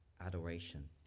adoration